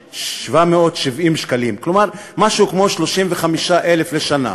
34,770 שקלים, כלומר משהו כמו 35,000 לשנה.